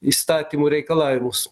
įstatymų reikalavimus